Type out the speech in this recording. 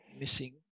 missing